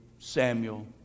Samuel